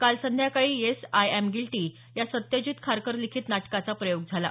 काल संध्याकाळी yes I am guilty या सत्यजित खारकर लिखित नाटकाचा प्रयोग झाला